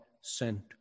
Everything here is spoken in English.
sent